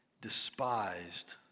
despised